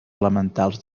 elementals